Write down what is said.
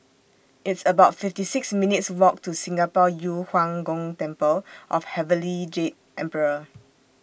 It's about fifty six minutes' Walk to Singapore Yu Huang Gong Temple of Heavenly Jade Emperor